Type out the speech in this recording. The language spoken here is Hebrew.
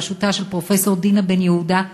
בראשותה של פרופסור דינה בן-יהודה,